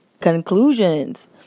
conclusions